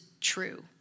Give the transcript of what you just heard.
true